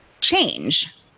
change